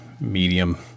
medium